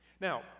Now